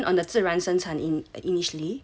I mean did y'all plan on the 自然生产 initially